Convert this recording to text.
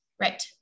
Right